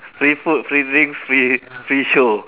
free food free drinks free free show